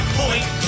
point